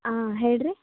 ಹಾಂ ಹೇಳಿ ರೀ